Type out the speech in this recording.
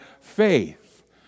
faith